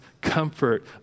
comfort